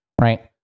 right